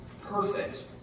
perfect